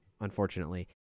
unfortunately